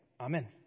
Amen